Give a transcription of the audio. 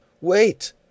Wait